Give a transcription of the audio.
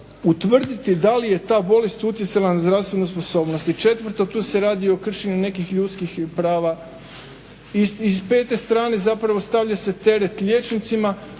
utvrditi da li je ta bolest utjecala na zdravstvenu sposobnost, i četvrto tu se radi o kršenju nekih ljudskih prava, iz pete strane stavlja se zapravo teret liječnicima